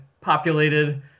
populated